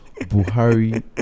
Buhari